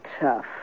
tough